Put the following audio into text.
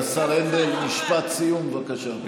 השר הנדל, משפט סיום, בבקשה.